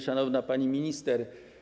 Szanowna Pani Minister!